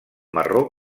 marró